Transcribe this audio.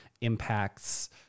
impacts